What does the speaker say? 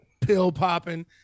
pill-popping